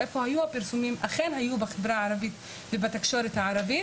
אכן היו בחברה הערבית ובתקשורת הערבית,